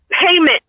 payment